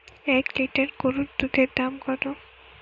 এক লিটার গোরুর দুধের দাম কত?